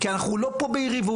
כי אנחנו לא פה ביריבות.